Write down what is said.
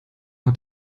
hat